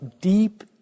deep